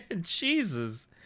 Jesus